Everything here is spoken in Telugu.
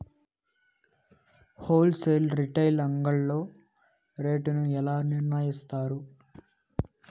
హోల్ సేల్ రీటైల్ అంగడ్లలో రేటు ను ఎలా నిర్ణయిస్తారు యిస్తారు?